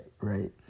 Right